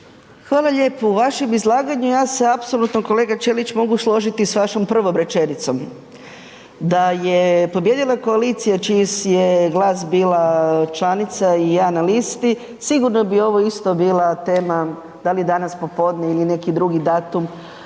Hvala lijepo. U vašem izlaganju, ja se apsolutno, kolega Ćelić, mogu složiti s vašom prvom rečenicom. Da je pobijedila koalicija čiji je GLAS bila članica i ja na listi, sigurno bi ovo isto bila tema da li danas popodne ili neki drugi datum,